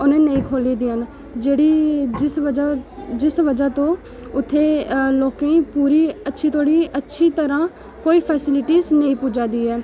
उ'नें नेईं खोह्ली दियां न जेह्ड़ी जिस बजह् जिस बजह् तों उत्थै लोकें गी पूरी अच्छी धोड़ी अच्छी तरह् कोई फैसलिट्स नेईं पुज्जै दी ऐ